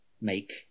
make